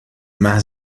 محض